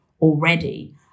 already